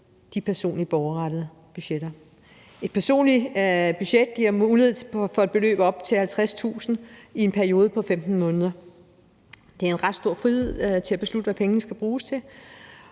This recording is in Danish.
de personlige borgerrettede budgetter. Et personligt budget giver mulighed for et beløb på op til 50.000 kr. i en periode for 15 måneder. Det er en ret stor frihed til at beslutte, hvad pengene skal bruges til,